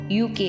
UK